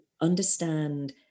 understand